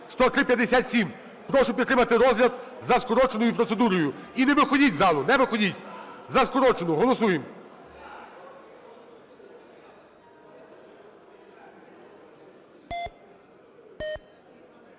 Прошу підтримати розгляд за скороченою процедурою. І не виходіть з залу, не виходіть, не виходіть! За скорочену голосуємо.